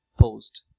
post